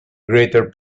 greater